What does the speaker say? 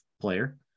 player